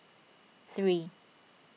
three